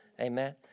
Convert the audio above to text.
Amen